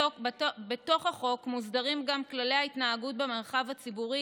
בתוך החוק מוסדרים גם כללי ההתנהגות במרחב הציבורי,